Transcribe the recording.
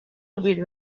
رابیل